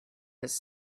his